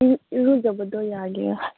ꯏꯔꯨꯖꯕꯗꯣ ꯌꯥꯒꯦꯔꯥ